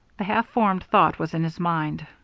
the half-formed thought was in his mind,